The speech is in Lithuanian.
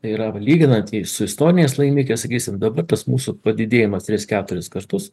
yra lyginant jį su istoriniais laimikiais sakysim dabar tas mūsų padidėjimas tris keturis kartus